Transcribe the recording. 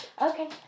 okay